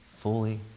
fully